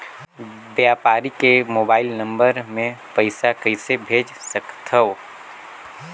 व्यापारी के mobile number मे पईसा कइसे भेज सकथव?